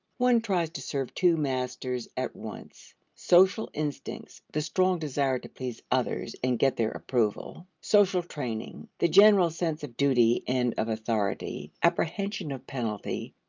one tries to serve two masters at once. social instincts, the strong desire to please others and get their approval, social training, the general sense of duty and of authority, apprehension of penalty,